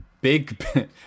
Big